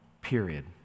period